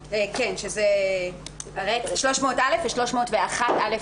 300(א) ו-301א.